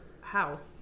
house